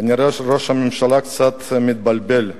כנראה ראש הממשלה קצת מתבלבל,